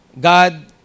God